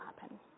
happen